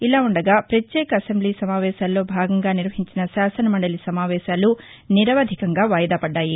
ఇలాఉండగా ప్రత్యేక అసెంబ్లీ సమావేశాల్లో భాగంగా నిర్వహించిన శాసనమండలి సమావేశాలు నిరవధికంగా వాయిదా పడ్గాయి